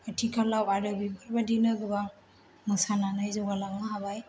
आथिखालाव आरो बेफोर बादिनो गोबां मोसानानै जौगालांनो हाबाय